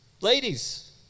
ladies